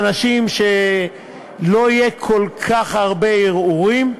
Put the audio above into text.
באנשים שלא יהיו כל כך הרבה ערעורים.